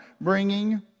bringing